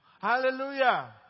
Hallelujah